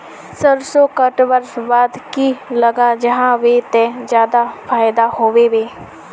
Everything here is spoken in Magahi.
सरसों कटवार बाद की लगा जाहा बे ते ज्यादा फायदा होबे बे?